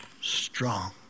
strong